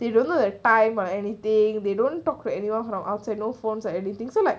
they don't know the time or anything they don't talk to anyone from outside no phones or anything so like